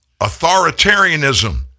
authoritarianism